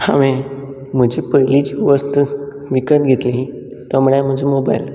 हांवे म्हजी पयलीची वस्त विकत घेतिल्ली तो म्हळ्यार म्हजो मोबायल